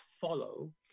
follow